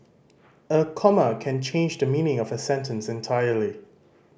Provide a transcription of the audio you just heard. a comma can change the meaning of a sentence entirely